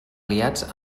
aliats